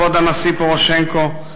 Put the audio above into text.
כבוד הנשיא פורושנקו,